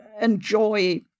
enjoy